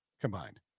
combined